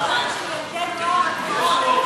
של ילדי נוער הגבעות.